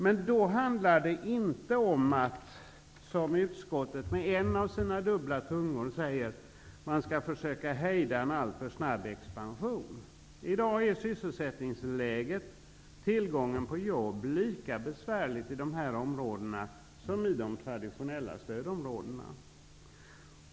Men det handlar då inte om, som utskottet med en av sina dubbla tungor säger, att försöka hejda en alltför snabb expansion. I dag är sysselsättningsläget, dvs. tillgången på jobb, lika besvärligt i dessa områden som i de traditionella stödområdena.